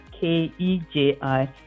K-E-J-I-